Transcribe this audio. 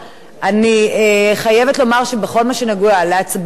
אני חייבת לומר שבכל מה שנוגע להצבעה שמית,